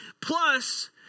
Plus